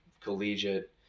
collegiate